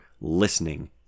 listening